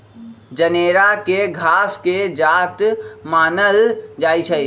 जनेरा के घास के जात मानल जाइ छइ